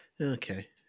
Okay